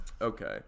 Okay